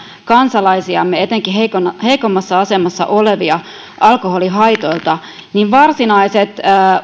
kansalaisiamme etenkin heikommassa heikommassa asemassa olevia alkoholihaitoilta niin